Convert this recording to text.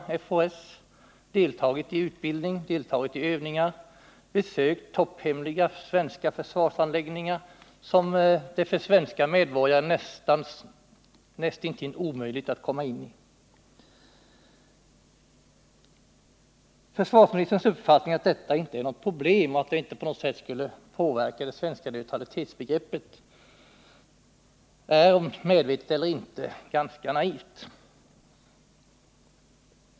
De har deltagit i utbildning och övningar och besökt topphemliga svenska försvarsanläggningar som det för svenska medborgare är näst intill omöjligt att komma in i. Försvarsministerns uppfattning att detta inte är något problem och att det inte på något sätt skulle påverka det svenska neutralitetsbegreppet är, om den nu är medveten eller inte, ganska naiv.